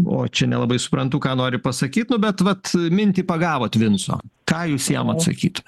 o čia nelabai suprantu ką nori pasakyt nu bet vat mintį pagavot vinco ką jūs jam atsakyti